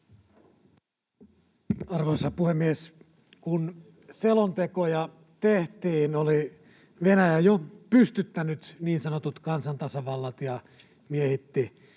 Arvoisa puhemies! Kun selontekoja tehtiin, oli Venäjä jo pystyttänyt niin sanotut kansantasavallat ja miehitti